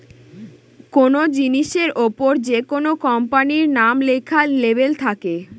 কোনো জিনিসের ওপর যেকোনো কোম্পানির নাম লেখা লেবেল থাকে